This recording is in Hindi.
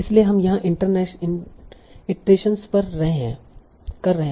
इसलिए हम यहाँ इटरेशनस कर रहे हैं